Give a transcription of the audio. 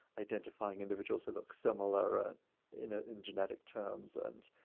identifying individuals who look similar ah in ah in genetic terms. and,